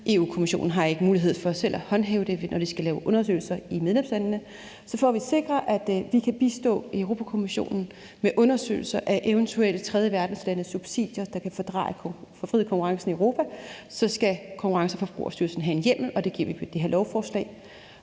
Europa-Kommissionen har ikke mulighed for selv at håndhæve det, når de skal lave undersøgelser i medlemslandene. Så for at vi sikrer, at vi kan bistå Europa-Kommissionen med undersøgelser af eventuelle tredjeverdenslandes subsidier, der kan fordreje og forvride konkurrencen i Europa, skal Konkurrence- og Forbrugerstyrelsen have en hjemmel, og det giver vi dem i det her lovforslag.